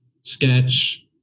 sketch